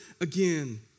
again